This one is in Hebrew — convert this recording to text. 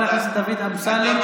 חבר הכנסת דוד אמסלם.